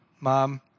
Mom